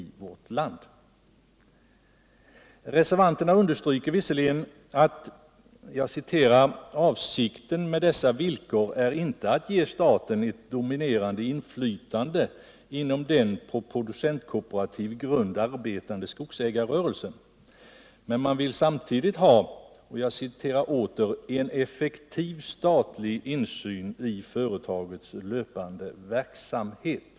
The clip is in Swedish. Reservanterna understryker visserligen att ”avsikten med dessa villkor inte är att ge staten ett dominerande inflytande inom den på producentkooperativ grund arbetande skogsägarerörelsen”, men man vill samtidigt ha ”en effektiv statlig insyn i företagets löpande verksamhet”.